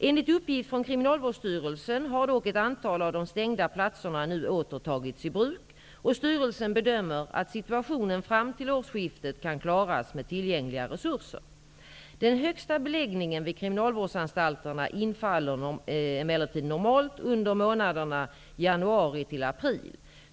Enligt uppgift från Kriminalvårdsstyrelsen har dock ett antal av de stängda platserna nu åter tagits i bruk och styrelsen bedömer att situationen fram till årsskiftet kan klaras med tillgängliga resurser. Den högsta beläggningen vid kriminalvårdsanstalterna infaller emellertid normalt under månaderna januari till april.